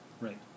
right